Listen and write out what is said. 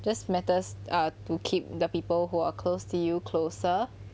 just matters err to keep the people who are close to you closer